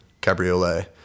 Cabriolet